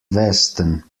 westen